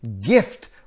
gift